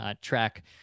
track